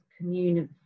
community